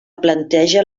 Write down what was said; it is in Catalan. planteja